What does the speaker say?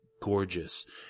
gorgeous